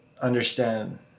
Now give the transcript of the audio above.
understand